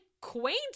quaint